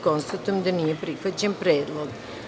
Konstatujem da nije prihvaćen predlog.